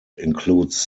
includes